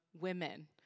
women